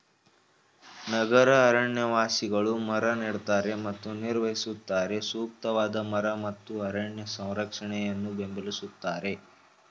ನಗರ ಅರಣ್ಯವಾಸಿಗಳು ಮರ ನೆಡ್ತಾರೆ ಮತ್ತು ನಿರ್ವಹಿಸುತ್ತಾರೆ ಸೂಕ್ತವಾದ ಮರ ಮತ್ತು ಅರಣ್ಯ ಸಂರಕ್ಷಣೆಯನ್ನು ಬೆಂಬಲಿಸ್ತಾರೆ